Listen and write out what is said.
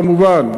כמובן,